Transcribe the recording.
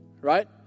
right